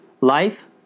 Life